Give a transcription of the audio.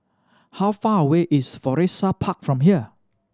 how far away is Florissa Park from here